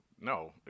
no